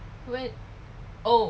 when oh